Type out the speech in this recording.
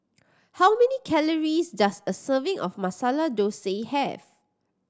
how many calories does a serving of Masala Thosai have